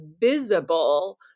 visible